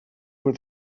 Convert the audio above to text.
were